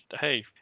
hey